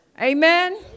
Amen